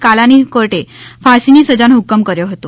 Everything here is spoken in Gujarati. કાલાની કોર્ટે ફાંસીની સજાનો હ્કમ કર્યો હતો